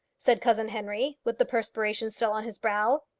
said cousin henry, with the perspiration still on his brow.